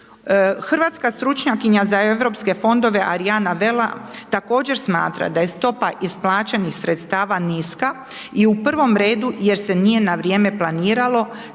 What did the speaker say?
Hrvatska stručnjakinja za europske fondove Ariana Vela također smatra da je stopa isplaćenih sredstava niska i u prvom redu jer se nije na vrijeme planiralo